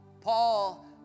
Paul